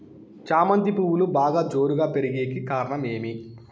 చామంతి పువ్వులు బాగా జోరుగా పెరిగేకి కారణం ఏమి?